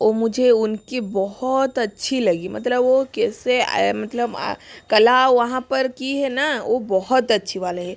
वो मुझे उनकी बहुत अच्छी लगी मतलब वो कैसे आया मतलब कला वहाँ पर की है ना ओ वो बहुत अच्छी वाली है